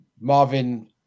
Marvin